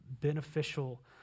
beneficial